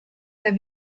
der